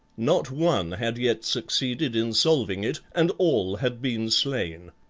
not one had yet succeeded in solving it, and all had been slain.